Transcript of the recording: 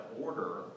order